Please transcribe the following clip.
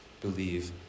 believe